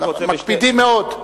מקפידים מאוד.